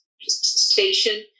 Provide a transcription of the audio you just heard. station